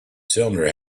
cylinder